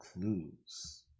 clues